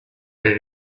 had